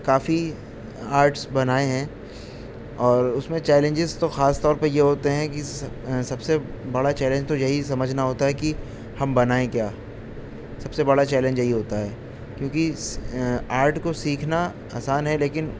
کافی arts بنائے ہیں اور اس میں چیلنجز تو خاص طور پر یہ ہوتے ہیں کہ سب سے بڑا چیلنج تو یہی سمجھنا ہوتا ہے کہ ہم بنائیں کیا سب سے بڑا چیلنج یہی ہوتا ہے کیونکہ آرٹ کو سیکھنا آسان ہے لیکن